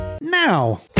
now